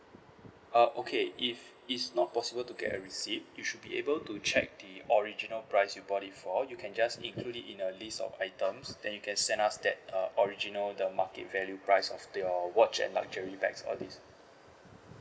uh okay if it's not possible to get a receipt you should be able to check the original price you bought it for you can just include it in the list of items then you can send us that uh original the market value price of your watch and luxury bags all these